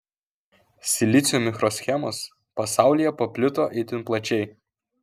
silicio mikroschemos pasaulyje paplito itin plačiai